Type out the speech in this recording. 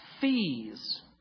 fees